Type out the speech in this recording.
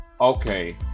okay